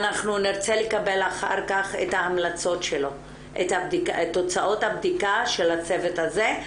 אנחנו נרצה לקבל את תוצאות הבדיקה של הצוות הזה,